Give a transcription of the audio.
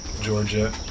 Georgia